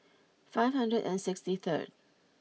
five hundred and sixty third